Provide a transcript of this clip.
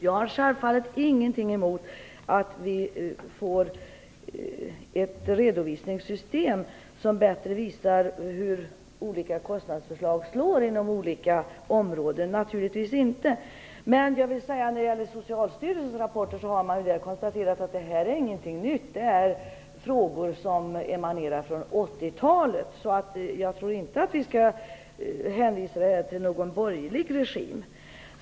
Jag har självfallet ingenting emot att vi får ett redovisningssystem som bättre visar hur olika kostnadsförslag slår inom olika områden, naturligtvis inte. Men jag vill säga att man i Socialstyrelsens rapporter har konstaterat att det här inte är någonting nytt. Det är frågor som emanerar från 80-talet. Jag tror inte att vi skall hänvisa dem till någon borgerlig regim.